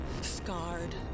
Scarred